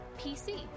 PC